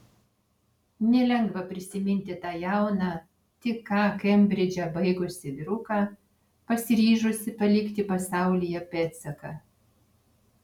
nelengva prisiminti tą jauną tik ką kembridžą baigusį vyruką pasiryžusį palikti pasaulyje pėdsaką